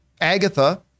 Agatha